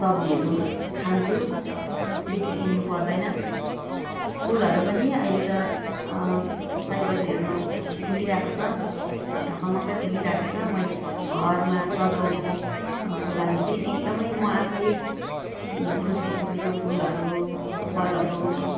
सब्जीहरू खान्छु बेसी किन्नु पर्दैन फुलहरू पनि अहिले त सयपत्रीहरू फुलिरहेको छ ढकमकै फुलिरहेको छ मैले घरमा सजाउनुको लागि चाहिँ एकदमै म आफै खुसी छु यो फुलहरू फलहरू